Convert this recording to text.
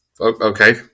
Okay